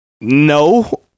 no